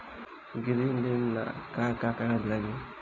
गृह ऋण ला का का कागज लागी?